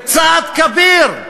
צעד כביר.